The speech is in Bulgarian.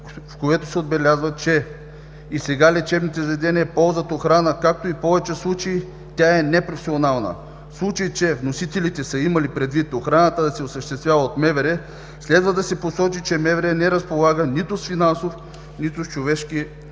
в което се отбелязва, че и сега лечебните заведения ползват охрана, като в повечето случаи тя е непрофесионална. В случай че вносителите са имали предвид охраната да се осъществява от МВР, следва да се посочи, че МВР не разполага нито с финансов, нито с човешки